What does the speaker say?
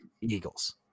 Eagles